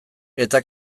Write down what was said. eta